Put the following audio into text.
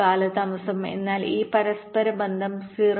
ഒരു കാലതാമസം എന്നാൽ ഈ പരസ്പരബന്ധം 0